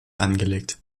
angelegt